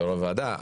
יו"ר הוועדה,